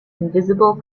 invisible